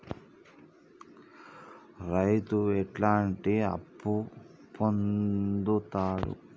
రైతు ఎట్లాంటి అప్పు పొందుతడు?